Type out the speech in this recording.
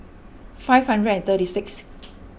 five hundred and thirty sixth